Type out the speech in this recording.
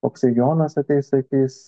koksai jonas ateis sakys